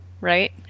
right